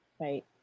Right